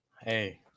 Hey